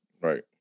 Right